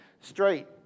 straight